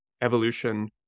evolution